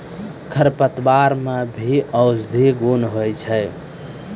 खरपतवार मे भी औषद्धि गुण होय छै